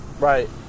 right